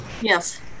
Yes